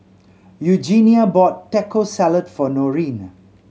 Eugenia bought Taco Salad for Norene